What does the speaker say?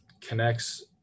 connects